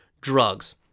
drugs